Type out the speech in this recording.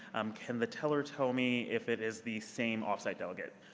um can the teller tell me if it is the same off-site delegate?